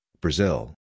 Brazil